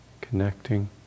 connecting